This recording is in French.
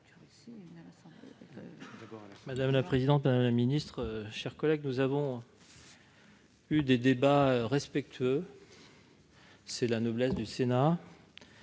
Madame la présidente, madame la ministre, mes chers collègues, nous avons eu des débats respectueux, c'est la noblesse du Sénat.